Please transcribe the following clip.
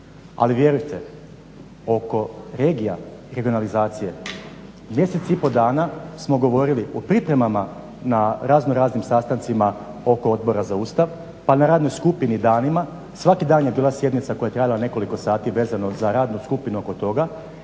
Ali vjerujte oko regija, regionalizacije mjesec i pol dana smo govorili u pripremama na raznoraznim sastancima oko Odbora za Ustav, pa na radnoj skupini danima. Svaki dan je bila sjednica koja je trajala nekoliko sati vezano za radnu skupinu oko toga